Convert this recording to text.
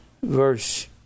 Verse